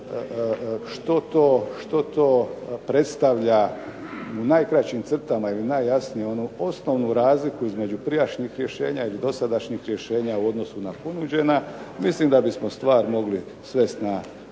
što to predstavlja u najkraćim crtama onu osnovnu razliku između prijašnjih rješenja ili dosadašnjih rješenja u odnosu na ponuđena, mislim da bismo stvar mogli svesti